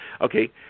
okay